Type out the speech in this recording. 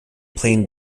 plane